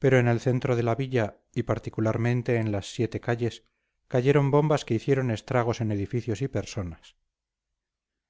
pero en el centro de la villa y particularmente en las siete calles cayeron bombas que hicieron estragos en edificios y personas